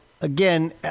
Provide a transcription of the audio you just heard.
again